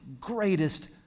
greatest